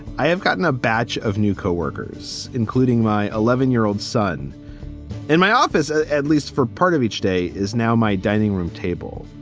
i have gotten a batch of new co-workers, including my eleven year old son in my office. ah at least for part of each day is now my dining room table.